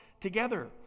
together